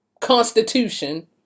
constitution